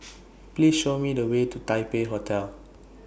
Please Show Me The Way to Taipei Hotel